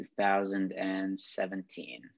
2017